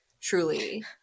truly